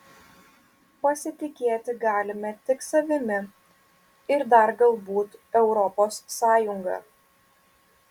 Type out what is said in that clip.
pasitikėti galime tik savimi ir dar galbūt europos sąjunga